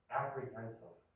apprehensive